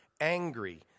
angry